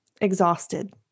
exhausted